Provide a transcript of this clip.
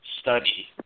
study